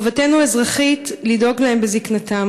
חובתנו האזרחית לדאוג להם בזקנתם.